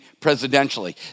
presidentially